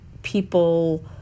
People